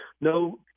no